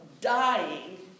dying